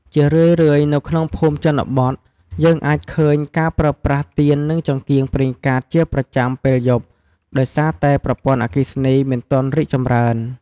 ជារឿយៗ នៅក្នុងភូមិជនបទ យើងអាចឃើញការប្រើប្រាស់ទៀននិងចង្កៀងប្រេងកាតជាប្រចាំពេលយប់ ដោយសារតែប្រព័ន្ធអគ្គិសនីមិនទាន់រីកចម្រើន។